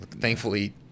Thankfully